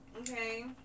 okay